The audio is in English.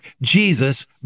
Jesus